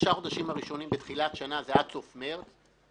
בשלושת החודשים הראשונים בתחילת שנה ועד סוף מרס,